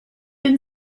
been